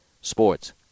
sports